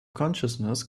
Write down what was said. consciousness